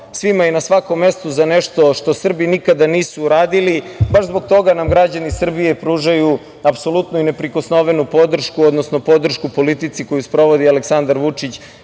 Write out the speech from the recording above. svima i na svakom mestu za nešto što Srbi nikada nisu uradili, baš zbog toga nam građani Srbije pružaju apsolutnu i neprikosnovenu podršku, odnosno podršku politici koju sprovodi Aleksandar Vučić